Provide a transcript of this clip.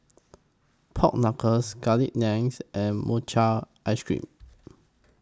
Pork Knuckles Garlic Naans and Mochi Ice Cream